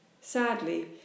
sadly